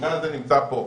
המשוגע הזה נמצא פה.